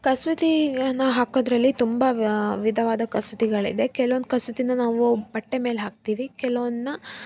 ಕಸೂತಿಯನ್ನು ಹಾಕೋದರಲ್ಲಿ ತುಂಬ ವಿಧವಾದ ಕಸೂತಿಗಳಿದೆ ಕೆಲ್ವೊಂದು ಕಸೂತಿನ ನಾವು ಬಟ್ಟೆ ಮೇಲೆ ಹಾಕ್ತೀವಿ ಕೆಲವೊಂದನ್ನ